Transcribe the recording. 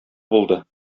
булды